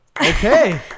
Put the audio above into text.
okay